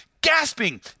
gasping